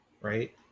right